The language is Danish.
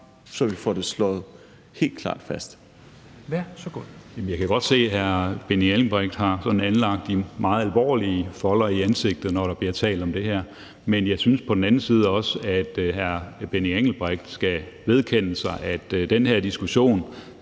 så vi får det slået helt klart fast.